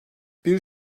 bir